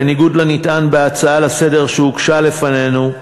בניגוד לנטען בהצעה לסדר-היום שהוגשה לפנינו,